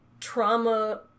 trauma